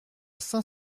saint